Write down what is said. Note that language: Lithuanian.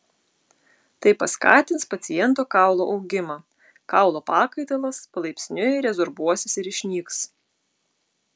tai paskatins paciento kaulo augimą kaulo pakaitalas palaipsniui rezorbuosis ir išnyks